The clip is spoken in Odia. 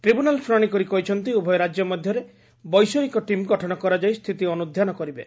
ଟ୍ରିବ୍ୟୁନାଲ୍ ଶୁଣାଣି କରି କହିଛନ୍ତି ଉଭୟ ରାଜ୍ୟ ମଧରେ ବୈଷୟିକ ଟିମ୍ ଗଠନ କରାଯାଇ ସ୍ଥିତି ଅନୁଧ୍ଧାନ କରିବେ